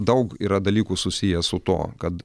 daug yra dalykų susiję su tuo kad